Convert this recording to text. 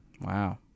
Wow